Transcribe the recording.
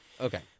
Okay